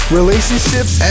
relationships